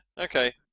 okay